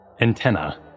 antenna